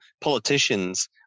politicians